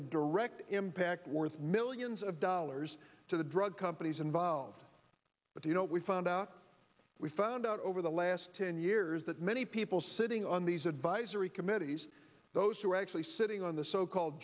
a direct impact worth millions of dollars to the drug companies involved but you know we found out we found out over the last ten years that many people sitting on these advisory committees those who are actually sitting on the so called